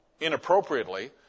inappropriately